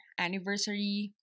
Anniversary